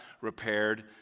repaired